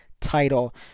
title